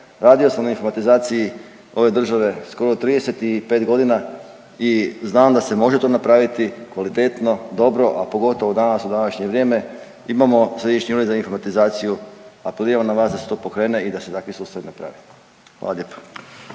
radio sam na informatizaciji ove države skoro 35.g. i znam da se može to napraviti kvalitetno i dobro, a pogotovo danas, u današnje vrijeme imamo Središnji ured za informatizaciju, apeliram na vas da se to pokrene i da se takvi sustavi naprave, hvala lijepo.